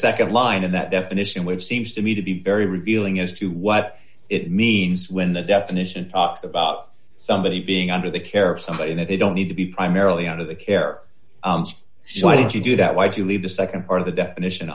the nd line of that definition which seems to me to be very revealing as to what it means when the definition about somebody being under the care of somebody that they don't need to be primarily out of the care so why did you do that why did you leave the nd part of the definition